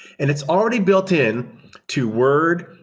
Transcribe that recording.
and it's already built in to word,